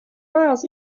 miles